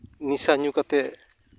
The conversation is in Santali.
ᱱᱤᱥᱟᱹ ᱧᱩ ᱠᱟᱛᱮ